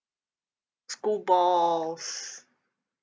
school balls